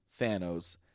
Thanos